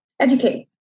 educate